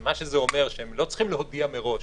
מה שזה אומר שהם לא צריכים להודיע מראש,